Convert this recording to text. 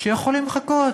שיכולים לחכות: